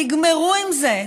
תגמרו עם זה,